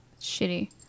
Shitty